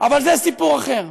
אבל זה סיפור אחר.